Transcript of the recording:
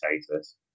status